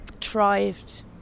thrived